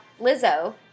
Lizzo